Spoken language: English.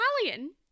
Italian